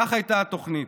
כך הייתה התוכנית: